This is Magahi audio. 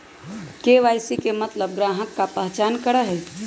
के.वाई.सी के मतलब ग्राहक का पहचान करहई?